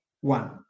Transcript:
One